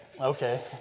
Okay